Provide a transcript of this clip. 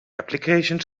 applications